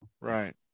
right